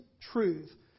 truth